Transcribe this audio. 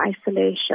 isolation